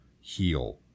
heal